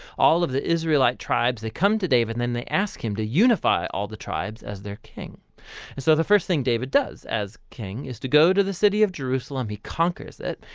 all of the israelite tribes they come to david then they ask him to unify all the tribes as their king and so the first thing david does as king, is to go to the city of jerusalem, he conquers it,